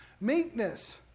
meekness